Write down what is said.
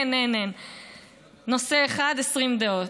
אין, נושא אחד, 20 דעות.